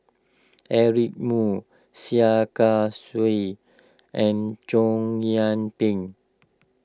Eric Moo Sia Kah Sui and Chow Yian Ping